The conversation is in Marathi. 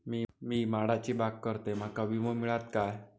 मी माडाची बाग करतंय माका विमो मिळात काय?